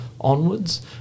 onwards